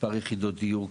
מספר יחידות דיור,